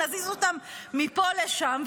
נזיז אותם מפה לשם,